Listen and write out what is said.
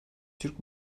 türk